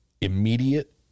immediate